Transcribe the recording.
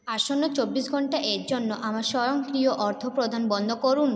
আসন্ন চব্বিশ ঘন্টার জন্য আমার স্বয়ংক্রিয় অর্থপ্রদান বন্ধ করুন